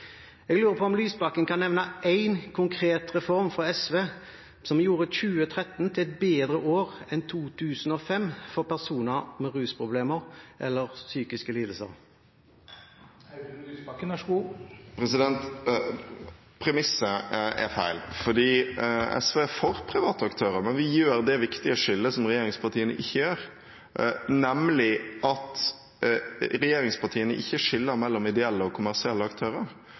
Jeg lurer på om Lysbakken kan nevne én konkret reform fra SV som gjorde 2013 til et bedre år enn 2005 for personer med rusproblemer eller psykiske lidelser? Premisset er feil, fordi SV er for private aktører. Men vi gjør det viktige skillet som regjeringspartiene ikke gjør, nemlig å skille mellom ideelle og kommersielle aktører.